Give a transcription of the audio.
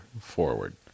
forward